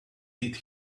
did